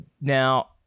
Now